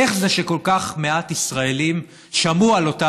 איך זה שכל כך מעט ישראלים שמעו על אותה